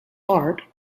art